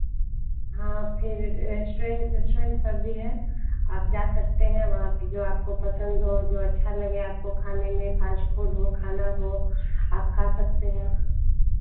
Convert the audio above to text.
हाँ फिर restaurant restaurant सब भी है आप जा सकते हैं वहाँ पर जो आपको पसंद हो जो अच्छा लगे आपको खाने में फ़ास्ट फूड हो खाना हो आप खा सकते हैं